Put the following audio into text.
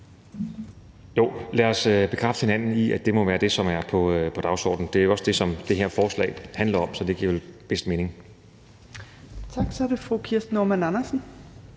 Jo, lad os bekræfte hinanden i, at det må være det, som er på dagsordenen. Det er jo også det, som det her forslag handler om. Så det giver vel bedst mening. Kl. 11:36 Fjerde næstformand (Trine